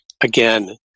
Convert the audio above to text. Again